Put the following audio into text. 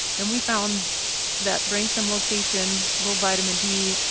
and we found that brainstem location, low vitamin d,